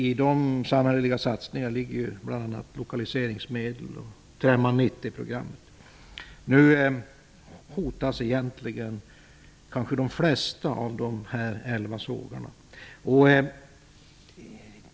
I dessa samhälleliga satsningar ligger bl.a. lokaliseringsmedel och Nu hotas de flesta av de elva sågarna.